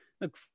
look